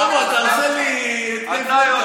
שלמה, אתה עושה לי התקף לב.